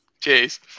cheers